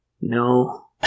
No